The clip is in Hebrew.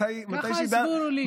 ככה הסבירו לי.